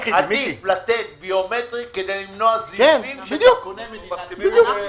עדיף לתת תיעוד ביומטרי כדי למנוע זיופים של דרכוני מדינת ישראל.